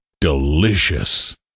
Delicious